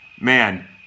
man